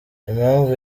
impamvu